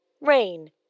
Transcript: rain